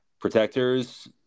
Protectors